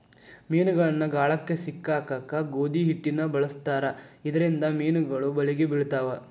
ಮೇನಗಳನ್ನ ಗಾಳಕ್ಕ ಸಿಕ್ಕಸಾಕ ಗೋಧಿ ಹಿಟ್ಟನ ಬಳಸ್ತಾರ ಇದರಿಂದ ಮೇನುಗಳು ಬಲಿಗೆ ಬಿಳ್ತಾವ